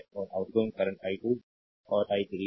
और outgoing current i2 और i3 हैं